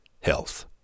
Health